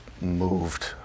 moved